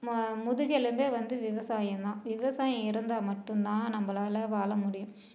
மு முதுகெலும்பு வந்து விவசாயந்தான் விவசாயம் இருந்தால் மட்டுந்தான் நம்மளால வாழ முடியும்